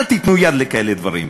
אל תיתנו יד לכאלה דברים.